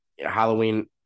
Halloween